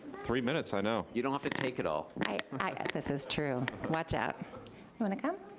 three minutes, i know. you don't have to take it all. this is true, watch out, you want to come?